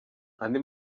andi